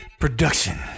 production